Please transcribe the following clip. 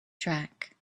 track